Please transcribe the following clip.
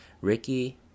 Ricky